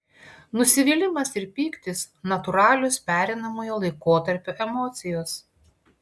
nusivylimas ir pyktis natūralios pereinamojo laikotarpio emocijos